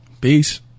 Peace